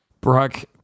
Brock